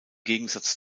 gegensatz